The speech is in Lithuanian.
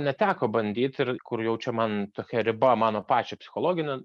neteko bandyti ir kur jaučia man tokia riba mano pačio psichologinio